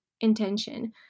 intention